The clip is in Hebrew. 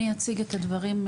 אני אציג את הדברים,